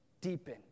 deepen